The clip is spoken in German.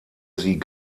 sie